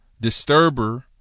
disturber